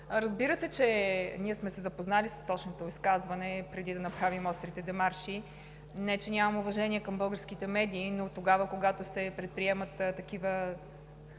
Разбира се, че ние сме се запознали с точното изказване преди да направим острите демарши. Не че нямаме уважение към българските медии, но когато се предприемат такива